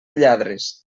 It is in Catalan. lladres